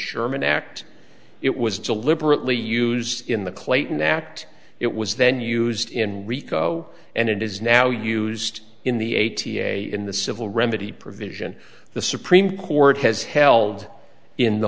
sherman act it was deliberately used in the clayton act it was then used in rico and it is now used in the eighty a in the civil remedy provision the supreme court has held in the